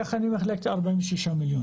איך אני מחלק את ה-45 מיליון.